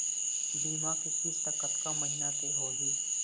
बीमा के किस्त कतका महीना के होही?